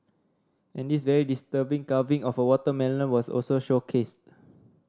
and this very disturbing carving of a watermelon was also showcased